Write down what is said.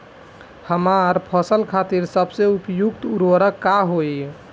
हमार फसल खातिर सबसे उपयुक्त उर्वरक का होई?